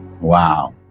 Wow